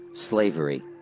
slavery,